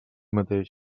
mateix